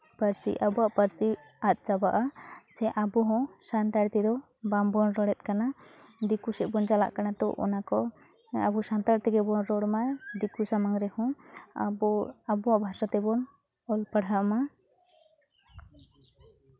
ᱯᱟᱹᱨᱥᱤ ᱟᱵᱚᱣᱟᱜ ᱯᱟᱹᱨᱥᱤ ᱟᱫ ᱪᱟᱵᱟᱜᱼᱟ ᱥᱮ ᱟᱵᱚ ᱦᱚᱸ ᱥᱟᱱᱛᱟᱲᱤ ᱛᱮᱫᱚ ᱵᱟᱝ ᱵᱚᱱ ᱨᱚᱲᱮᱫ ᱠᱟᱱᱟ ᱫᱤᱠᱩ ᱥᱮᱫ ᱵᱚᱱ ᱪᱟᱞᱟᱜ ᱠᱟᱱᱟ ᱛᱚ ᱚᱱᱟᱠᱚ ᱟᱵᱚ ᱥᱟᱱᱛᱟᱲ ᱛᱮᱜᱮ ᱵᱚᱱ ᱨᱚᱲ ᱢᱟ ᱫᱤᱠᱩ ᱥᱟᱢᱟᱝ ᱨᱮᱦᱚᱸ ᱟᱵᱚ ᱟᱵᱚᱣᱟᱜ ᱵᱷᱟᱥᱟ ᱛᱮᱵᱚᱱ ᱚᱞ ᱯᱟᱲᱦᱟᱣ ᱢᱟ